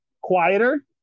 quieter